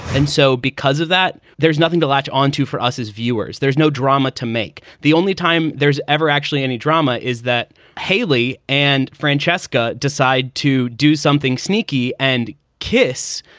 and so because of that, there's nothing to latch onto for us as viewers. there's no drama to make. the only time there's ever actually any drama is that hayley and francesca decide to do something sneaky and kiss.